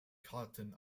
karten